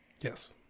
Yes